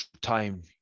time